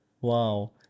Wow